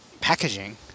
packaging